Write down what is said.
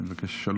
שש דקות?